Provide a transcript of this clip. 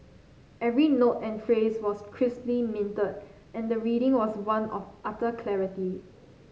every note and phrase was crisply minted and the reading was one of utter clarity